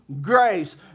Grace